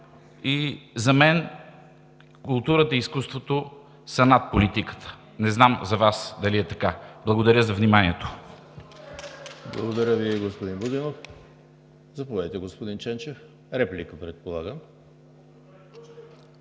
За мен културата и изкуството са над политиката. Не знам за Вас дали е така. Благодаря за вниманието.